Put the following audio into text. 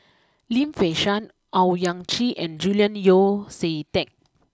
Lim Fei Shen Owyang Chi and Julian Yeo see Teck